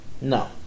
No